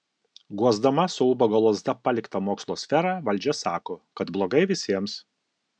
guosdama su ubago lazda paliktą mokslo sferą valdžia sako kad blogai visiems